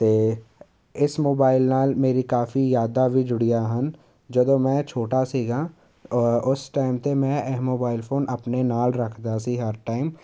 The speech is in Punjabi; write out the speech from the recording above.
ਅਤੇ ਇਸ ਮੋਬਾਈਲ ਨਾਲ ਮੇਰੀ ਕਾਫੀ ਯਾਦਾਂ ਵੀ ਜੁੜੀਆਂ ਹਨ ਜਦੋਂ ਮੈਂ ਛੋਟਾ ਸੀਗਾ ਉਸ ਟਾਈਮ 'ਤੇ ਮੈਂ ਇਹ ਮੋਬਾਈਲ ਫੋਨ ਆਪਣੇ ਨਾਲ ਰੱਖਦਾ ਸੀ ਹਰ ਟਾਈਮ